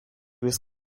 was